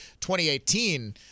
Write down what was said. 2018